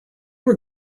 were